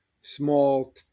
small